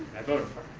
i voted for him.